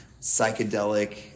psychedelic